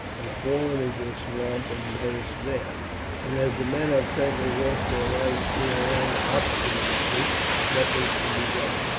or fallen into a swamp and perished there and as the men have certainly lost their lives through their own obstinacy nothing can be done.